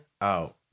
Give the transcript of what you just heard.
out